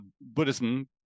Buddhism